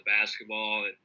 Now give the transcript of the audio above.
basketball